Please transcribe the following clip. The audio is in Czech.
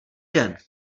den